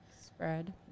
spread